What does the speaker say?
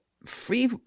Free